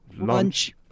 lunch